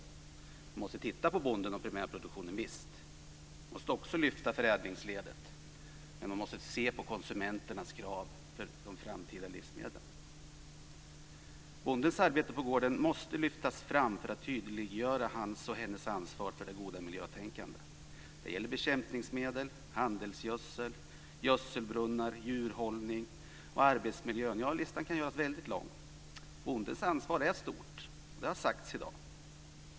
Visst måste man titta på bonden och primärproduktionen. Man måste också lyfta fram förädlingsledet. Men man måste se på konsumenternas krav när det gäller de framtida livsmedlen. Bondens arbete på gården måste lyftas fram för att tydliggöra hans och hennes ansvar för det goda miljötänkandet. Det gäller bekämpningsmedel, handelsgödsel, gödselbrunnar, djurhållning och arbetsmiljön. Listan kan göras väldigt lång. Bondens ansvar är stort, och det har sagts i dag.